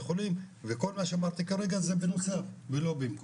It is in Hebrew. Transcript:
חולים וכל מה שאמרתי כרגע זה בנוסף ולא במקום,